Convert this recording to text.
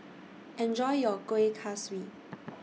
Enjoy your Kuih Kaswi